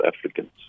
Africans